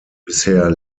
bisher